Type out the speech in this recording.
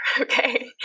okay